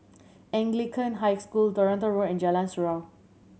Anglican High School Toronto Road and Jalan Surau